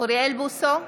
אוריאל בוסו,